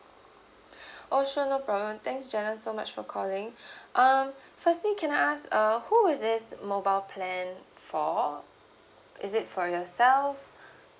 oh sure no problem thanks jenna so much for calling um firstly can I ask uh who is this mobile plan for is it for yourself